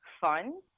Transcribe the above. fun